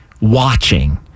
watching